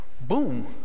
Boom